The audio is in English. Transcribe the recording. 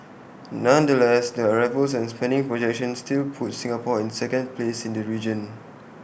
nonetheless the arrivals and spending projections still put Singapore in second place in the region